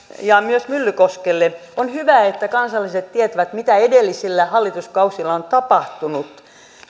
ja myös myllykoskelle on hyvä että kansalaiset tietävät mitä edellisillä hallituskausilla on tapahtunut